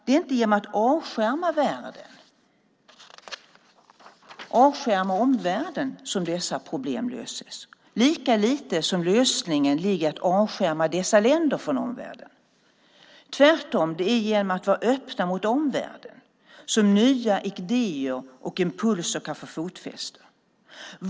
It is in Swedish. Det är inte genom att man avskärmar sig från omvärlden som man löser dessa problem, lika lite som lösningen ligger i att avskärma dessa länder från omvärlden. Tvärtom är det genom att man är öppen mot omvärlden som nya idéer och impulser kan få fotfäste.